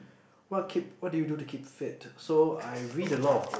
what keep what do you do to keep fit so I read a lot of